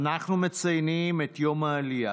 אנחנו מציינים את יום העלייה.